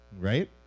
right